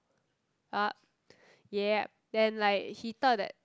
uh yeah then like he thought that